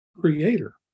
creator